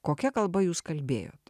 kokia kalba jūs kalbėjot